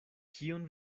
kion